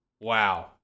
Wow